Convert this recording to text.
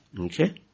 Okay